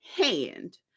hand